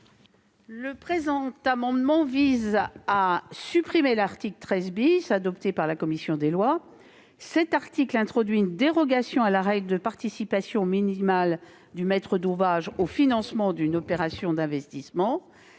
Le présent amendement vise à supprimer l'article 13 adopté par la commission des lois du Sénat. Cet article introduit une dérogation à la règle de participation minimale du maître d'ouvrage au financement d'une opération d'investissement,